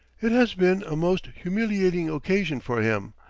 it has been a most humiliating occasion for him,